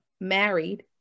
married